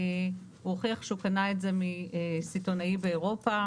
הוא הוכיח שהוא קנה את זה מסיטונאי באירופה,